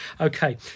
Okay